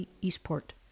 Eastport